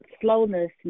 slowness